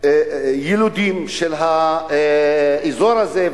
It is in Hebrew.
ילידים של האזור הזה,